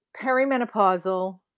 perimenopausal